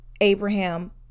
Abraham